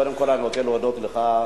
קודם כול אני רוצה להודות לך,